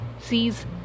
sees